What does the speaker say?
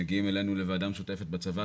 מגיעים אלינו לוועדה משותפת בצבא,